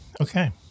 Okay